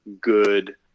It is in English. good